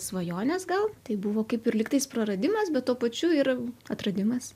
svajonės gal tai buvo kaip ir lyg tais praradimas bet tuo pačiu ir atradimas